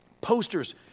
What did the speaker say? posters